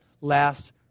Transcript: last